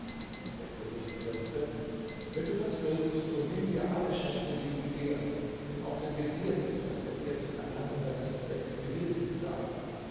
der könig versetzte wenn du das willst so nimm mit dir alle schätze die du begehrst nimm auch den vezier mit daß er dir zum erlangen deines zweckes behilflich sei